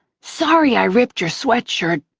sorry i ripped your sweatshirt.